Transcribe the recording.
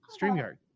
StreamYard